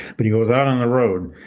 but he goes out on the road